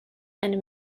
and